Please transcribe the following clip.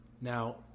Now